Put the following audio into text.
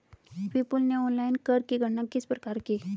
विपुल ने ऑनलाइन कर की गणना किस प्रकार की?